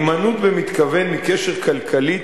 הימנעות במתכוון מקשר כלכלי,